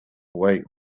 weight